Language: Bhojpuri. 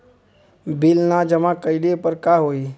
बिल न जमा कइले पर का होई?